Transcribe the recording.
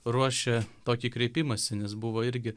ruošia tokį kreipimąsi nes buvo irgi